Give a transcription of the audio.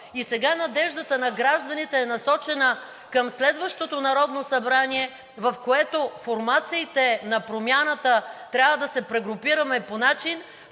И сега надеждата на гражданите е насочена към следващото Народно събрание, в което формациите на промяната трябва да се прегрупираме по начин,